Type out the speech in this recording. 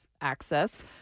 access